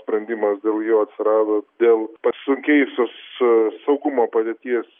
sprendimas dėl jo atsirado dėl pasunkėjusios saugumo padėties